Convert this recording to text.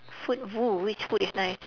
food food which food is nice